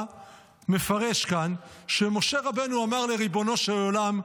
מפרש כאן שמשה רבנו אמר לריבונו של עולם: